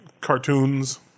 cartoons